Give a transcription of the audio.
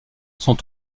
sont